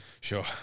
Sure